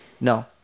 No